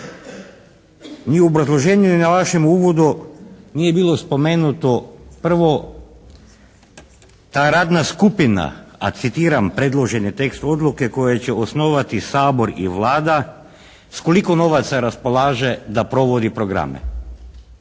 Ni u obrazloženju ni u vašem uvodu nije bilo spomenuto prvo ta radna skupina a citiram predloženi tekst odluke koje će osnovati Sabor i Vlada, s koliko novaca raspolaže da provodi programe?